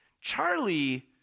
Charlie